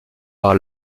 par